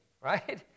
right